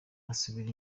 asubira